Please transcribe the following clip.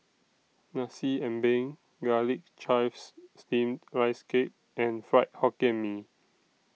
Nasi Ambeng Garlic Chives Steamed Rice Cake and Fried Hokkien Mee